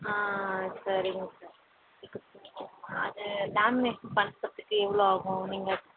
ஆ சரிங்க சார் அது லேமினேஷன் பண்ணுறதுக்கு எவ்வளோ ஆகும் நீங்கள்